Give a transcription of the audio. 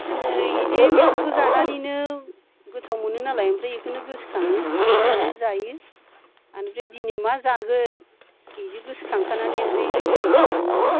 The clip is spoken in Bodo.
जोङो बिदि मैगंखौ जानानैनो गोथाव मोनो नालाय ओमफ्राय बेखौनो गोसोखाङो सङो जायो बेनिफ्राय दिनै मा जागोन बिदि गोसोखांखानानै ओमफ्राय है दिनै